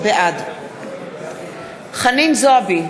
בעד חנין זועבי,